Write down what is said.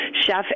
Chef